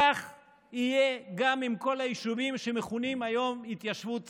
כך יהיה גם עם כל היישובים שמכונים היום "התיישבות צעירה".